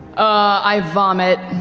i vomit.